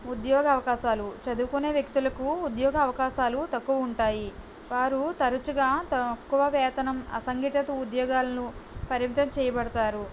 ఉద్యోగ అవకాశాలు చదువుకునే వ్యక్తులకు ఉద్యోగ అవకాశాలు తక్కువ ఉంటాయి వారు తరుచుగా తక్కువ వేతనం అసంగిత ఉదోగాలను పరితం చేయబడతారు